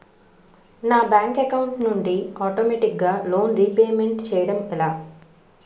నా bank account నుండి ఆటోమేటిగ్గా లోన్ రీపేమెంట్ చేయడం ఎలా?